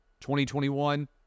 2021